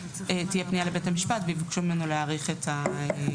תהיה פנייה לבית המשפט ויבקשו ממנו להאריך את הזמן.